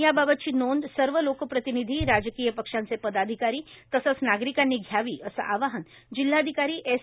याबाबतची नोंद सर्व लोकप्रतिनिधी राजकीय पक्षांचे पदाधिकारी तसच नागरीकांनी घ्यावी अस आवाहन जिल्हाधिकारी एस